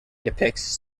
depicts